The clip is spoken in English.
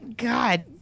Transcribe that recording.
God